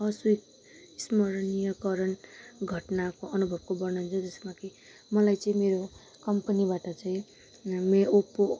अस्वेत स्मरणीयकरण घटनाको अनुभवको वर्णन छ जसमा कि मलाई चाहिँ मेरो कम्पनीबाट चाहिँ मेरो ओपो